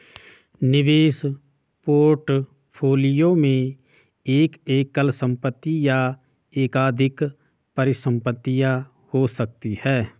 निवेश पोर्टफोलियो में एक एकल संपत्ति या एकाधिक परिसंपत्तियां हो सकती हैं